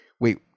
Wait